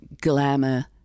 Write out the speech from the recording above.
glamour